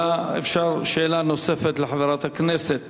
שאלה נוספת לחברת הכנסת